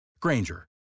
Granger